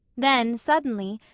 then, suddenly,